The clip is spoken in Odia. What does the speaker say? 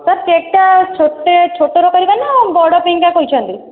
ସାର୍ କେକ୍ଟା ଛୋଟେ ଛୋଟରେ କରିବା ନା ବଡ଼ ପାଇଁକା କହିଛନ୍ତି